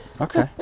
okay